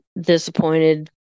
disappointed